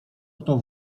kto